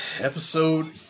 episode